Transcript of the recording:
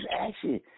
action